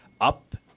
up